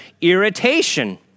irritation